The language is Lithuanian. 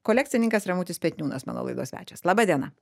kolekcininkas ramutis petniūnas mano laidos svečias laba diena